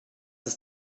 ist